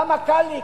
למה קל לי?